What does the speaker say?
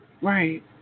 Right